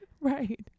right